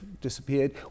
disappeared